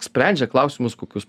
sprendžia klausimus kokius